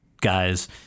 guys